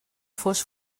fos